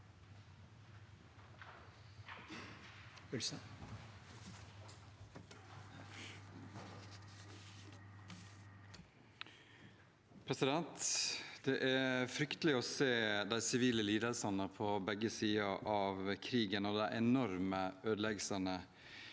Det er fryktelig å se de sivile lidelsene på begge sider av krigen og de enorme ødeleggelsene